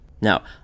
now